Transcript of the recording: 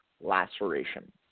laceration